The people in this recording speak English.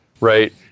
right